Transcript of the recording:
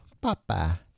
Papa